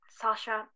Sasha